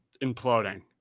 imploding